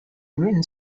written